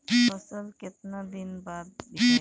फसल केतना दिन बाद विकाई?